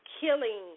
killing